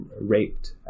raped